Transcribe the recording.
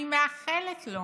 אני מאחלת לו